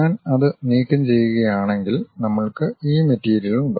ഞാൻ അത് നീക്കംചെയ്യുകയാണെങ്കിൽ നമ്മൾക്ക് ഈ മെറ്റീരിയൽ ഉണ്ട്